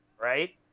right